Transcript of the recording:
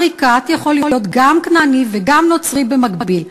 עריקאת יכול להיות גם כנעני וגם נוצרי במקביל.